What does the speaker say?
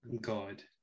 god